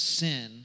sin